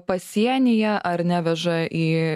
pasienyje ar neveža į